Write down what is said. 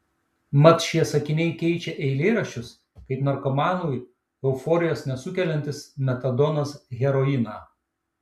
mat šie sakiniai keičia eilėraščius kaip narkomanui euforijos nesukeliantis metadonas heroiną